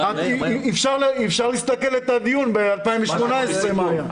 אפשר להסתכל בדיון ב-2018, מה היה.